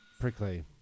prickly